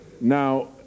Now